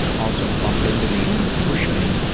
also, bump into me or push me